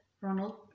Ronald